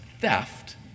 theft